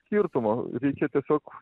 skirtumo reikia tiesiog